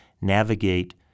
navigate